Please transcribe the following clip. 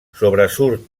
sobresurt